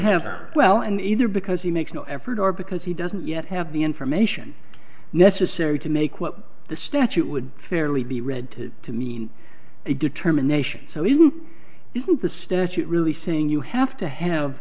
have well and either because he makes no effort or because he doesn't yet have the information necessary to make what the statute would fairly be read to to mean a determination so even if the statute really saying you have to have